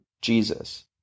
Jesus